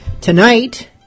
Tonight